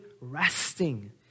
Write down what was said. resting